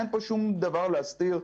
אין פה שום דבר להסתיר.